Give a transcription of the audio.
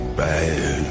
bad